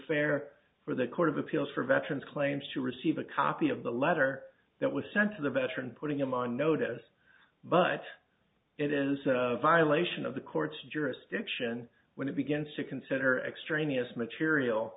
fair for the court of appeals for veterans claims to receive a copy of the letter that was sent to the veteran putting them on notice but it is a violation of the court's jurisdiction when it begins to consider extraneous material